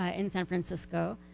ah in san francisco.